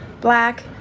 black